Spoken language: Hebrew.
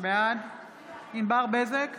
בעד ענבר בזק,